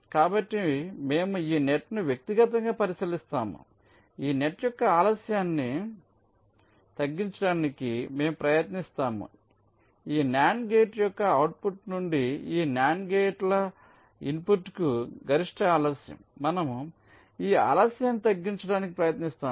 కాబట్టి మేము ఈ నెట్ను వ్యక్తిగతంగా పరిశీలిస్తాము ఈ నెట్ యొక్క ఆలస్యాన్ని తగ్గించడానికి మేము ప్రయత్నిస్తాము ఈ NAND గేట్ యొక్క అవుట్పుట్ నుండి ఈ NAND గేట్ల ఇన్పుట్కు గరిష్ట ఆలస్యం మనము ఈ ఆలస్యాన్ని తగ్గించడానికి ప్రయత్నిస్తాము